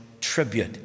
tribute